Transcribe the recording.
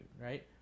right